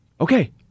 okay